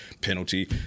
penalty